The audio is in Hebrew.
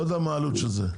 לא יודע מה העלות של זה,